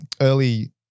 early